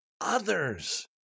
others